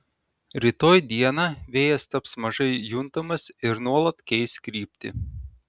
rytoj dieną vėjas taps mažai juntamas ir nuolat keis kryptį